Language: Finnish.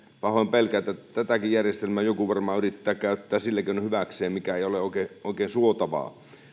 pahoin pelkään että tätäkin järjestelmää joku varmaan yrittää käyttää sillä keinoin hyväkseen mikä ei ole oikein oikein suotavaa